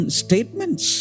statements